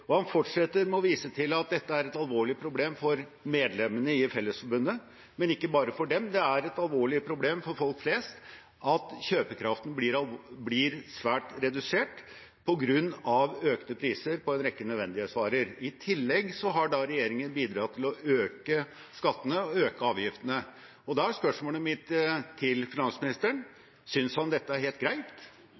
Han fortsetter med å vise til at dette er et alvorlig problem for medlemmene i Fellesforbundet, men ikke bare for dem, det er et alvorlig problem for folk flest at kjøpekraften blir svært redusert på grunn av økte priser på en rekke nødvendighetsvarer. I tillegg har regjeringen bidratt til å øke skattene og øke avgiftene. Da er spørsmålet mitt til finansministeren: Synes han dette er helt greit,